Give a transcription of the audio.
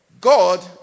God